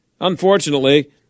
Unfortunately